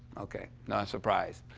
okay. no surprise.